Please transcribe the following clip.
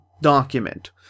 document